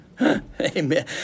amen